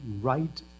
right